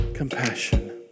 Compassion